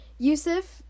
Yusuf